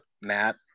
Matt